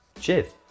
cheers